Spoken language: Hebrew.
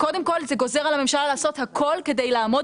קודם כל זה גוזר על הממשלה לעשות הכול כדי לעמוד